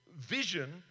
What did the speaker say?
vision